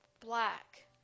black